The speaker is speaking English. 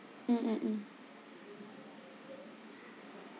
mm mm mm